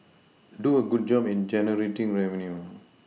do a good job in generating revenue